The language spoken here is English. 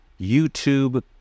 YouTube